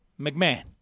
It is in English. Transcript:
McMahon